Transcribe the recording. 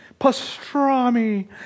pastrami